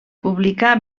publicà